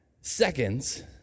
seconds